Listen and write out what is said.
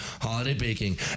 holidaybaking